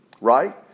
Right